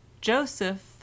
Joseph